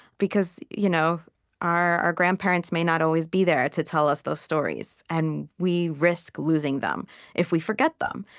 because you know our our grandparents may not always be there to tell us those stories. and we risk losing them if we forget them.